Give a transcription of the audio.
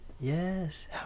Yes